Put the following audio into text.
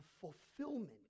fulfillment